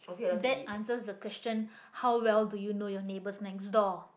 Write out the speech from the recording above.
that answer the question how well do you know your neighbour next door